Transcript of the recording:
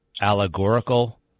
allegorical